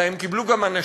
אלא הם קיבלו גם אנשים,